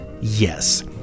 Yes